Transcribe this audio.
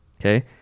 Okay